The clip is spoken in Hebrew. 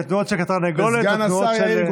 אלה תנועות של תרנגולת או תנועות של,